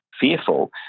fearful